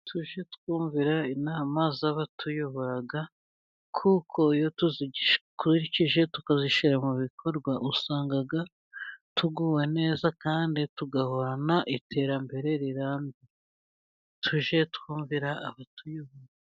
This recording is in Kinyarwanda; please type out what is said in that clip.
Tuge twumvira inama z'abatuyobora kuko iyo tuzikurikije tukazishyira mu bikorwa, usanga tuguwe neza kandi tugahorana iterambere rirambye. Tuge twumvira abatuyobora.